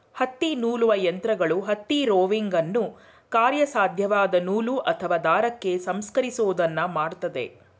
ಹತ್ತಿನೂಲುವ ಯಂತ್ರಗಳು ಹತ್ತಿ ರೋವಿಂಗನ್ನು ಕಾರ್ಯಸಾಧ್ಯವಾದ ನೂಲು ಅಥವಾ ದಾರಕ್ಕೆ ಸಂಸ್ಕರಿಸೋದನ್ನ ಮಾಡ್ತದೆ